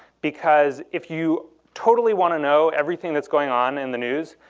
because if you totally want to know everything that's going on in the news,